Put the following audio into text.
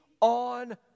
on